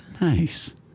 Nice